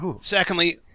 Secondly